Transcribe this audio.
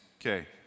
Okay